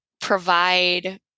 provide